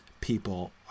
people